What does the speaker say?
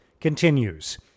continues